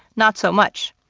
not so much.